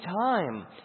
time